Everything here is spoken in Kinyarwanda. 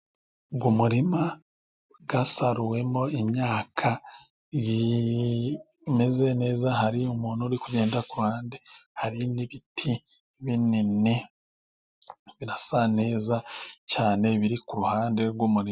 Uyu muririma wasaruwemo imyaka imeze neza. Hari umuntu uri kugenda ku ruhande, hari n'ibiti binini birasa neza cyane. Biri ku ruhande rw'umurima.